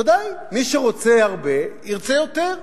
ודאי, מי שרוצה הרבה ירצה יותר.